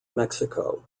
mexico